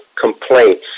complaints